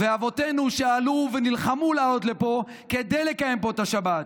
ואבותינו שעלו נלחמו לעלות לפה כדי לקיים פה את השבת,